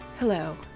Hello